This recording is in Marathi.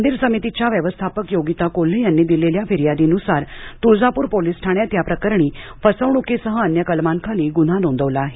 मंदिर समितीच्या व्यवस्थापक योगिता कोल्हे यांनी दिलेल्या फिर्यादीनुसार तुळजापूर पोलिस ठाण्यात या प्रकरणी फसवणूकीसह अन्य कलमाखाली गुन्हा नोंदवला आहे